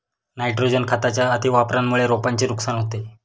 nitrogen खताच्या अतिवापरामुळे रोपांचे नुकसान होते